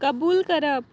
कबूल करप